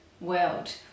world